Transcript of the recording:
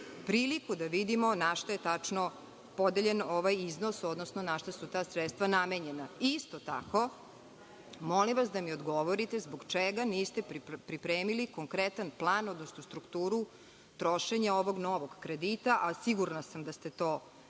priliku da vidimo na šta je tačno podeljen ovaj iznos, odnosno na šta su ta sredstva namenjena. Isto tako, molim vas da mi odgovorite zbog čega niste pripremili konkretan plan, odnosno strukturu trošenja ovog novog kredita, a sigurana sam da ste to već